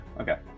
okay